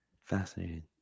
Fascinating